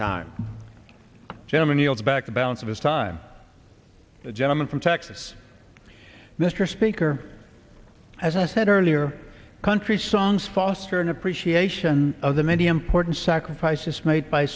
time gentleman yield back the balance of his time the gentleman from texas mr speaker as i said earlier country songs foster an appreciation of the many important sacrifices made by